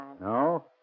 No